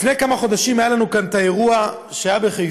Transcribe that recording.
לפני כמה חודשים היה האירוע בחיפה,